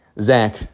Zach